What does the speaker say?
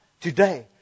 today